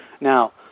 Now